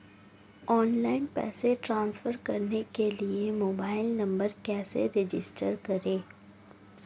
Online पैसे transfer करने के लिए मोबाइल नंबर कैसे रजिस्टर करें?